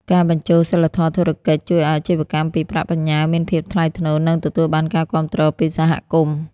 ការបញ្ចូល "សីលធម៌ធុរកិច្ច" ជួយឱ្យអាជីវកម្មពីប្រាក់បញ្ញើមានភាពថ្លៃថ្នូរ និងទទួលបានការគាំទ្រពីសហគមន៍។